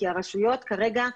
כי הרשויות כרגע,